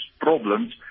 problems